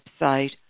website